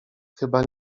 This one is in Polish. chyba